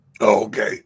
Okay